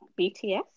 bts